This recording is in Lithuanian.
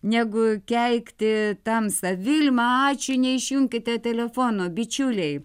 negu keikti tamsą vilima ačiū neišjunkite telefono bičiuliai